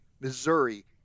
Missouri